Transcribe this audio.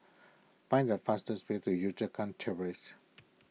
find the fastest way to Yio Chu Kang Terrace